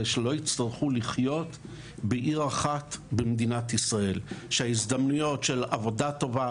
שלא יצטרכו לחיות בעיר אחת במדינת ישראל; שההזדמנויות של עבודה טובה,